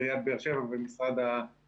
עיריית באר שבע ומשרד הבריאות.